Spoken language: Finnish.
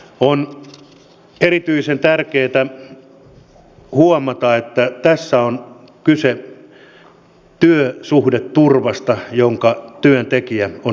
on erityisen tärkeätä huomata että tässä on kyse työsuhdeturvasta jonka työntekijä on ansainnut